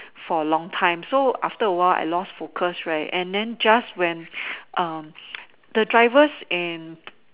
for a long time so after a while I lost focus right and then just when um the drivers and